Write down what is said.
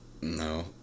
No